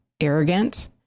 arrogant